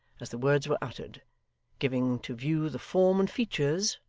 as the words were uttered giving to view the form and features,